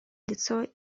лицо